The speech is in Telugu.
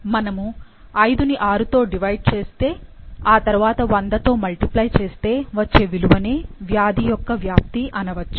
మనము 5 ని 6 తో డివైడ్ చేస్తే ఆ తరువాత 100 తో మల్టిప్లై చేస్తే వచ్చే విలువనే వ్యాధి యొక్క వ్యాప్తి అనవచ్చు